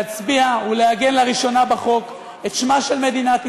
להצביע ולעגן לראשונה בחוק את שמה של מדינת ישראל,